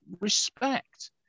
respect